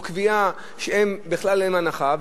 או קביעה שאין להם בכלל הנחה.